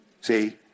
See